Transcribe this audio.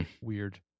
Weird